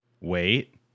Wait